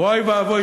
ואוי ואבוי,